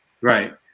Right